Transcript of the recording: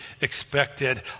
expected